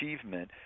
achievement